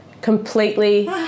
completely